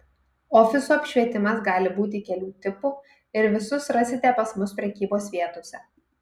ofisų apšvietimas gali būti kelių tipų ir visus rasite pas mus prekybos vietose